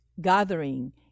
gathering